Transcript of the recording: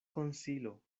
konsilo